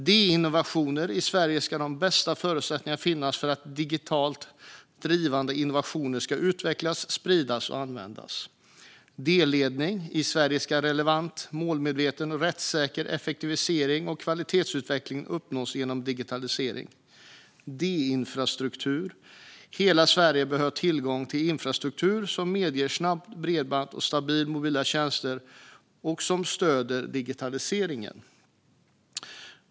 D-innovation: I Sverige ska de bästa förutsättningarna finnas för att digitalt drivna innovationer ska utvecklas, spridas och användas. D-ledning: I Sverige ska relevant, målmedveten och rättssäker effektivisering och kvalitetsutveckling uppnås genom digitalisering. D-infrastruktur: Hela Sverige bör ha tillgång till infrastruktur som medger snabbt bredband och stabila mobila tjänster och som stöder digitaliseringen.